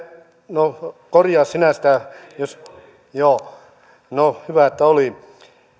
no korjaa sinä sitä jos joo no hyvä että oli